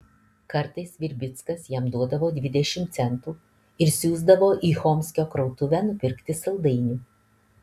kartais virbickas jam duodavo dvidešimt centų ir siųsdavo į chomskio krautuvę nupirkti saldainių